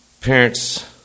parents